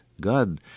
God